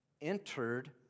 entered